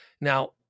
Now